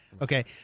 Okay